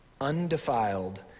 undefiled